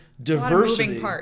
Diversity